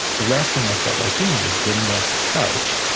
the last thing i felt like doing was getting off the couch,